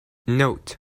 note